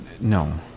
No